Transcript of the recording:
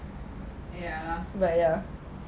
ya